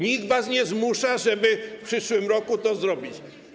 Nikt was nie zmusza, żeby w przyszłym roku to zrobić.